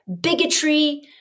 Bigotry